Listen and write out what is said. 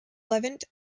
levant